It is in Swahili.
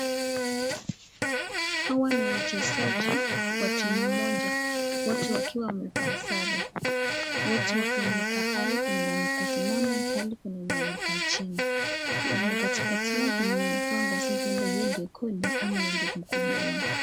Hawa ni wachezaji wa timu moja, wote wakiwa wamevaa sare. Wote wamekaa pale, kuna wenye wamesimama pahali kuna wenye wamekaa chini. Katikati yao kuna mwenye amevaa nguo sekunde yeye ndio mkubwa wao.